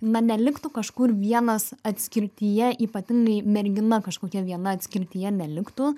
na neliktų kažkur vienas atskirtyje ypatingai mergina kažkokia viena atskirtyje neliktų